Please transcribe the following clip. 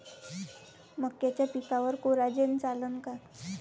मक्याच्या पिकावर कोराजेन चालन का?